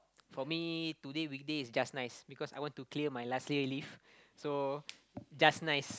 for me today weekday is just nice because I want to clear my last day leave so just nice